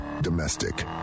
Domestic